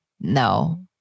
No